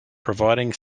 providing